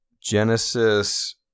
Genesis